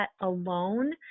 alone